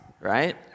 right